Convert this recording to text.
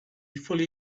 fully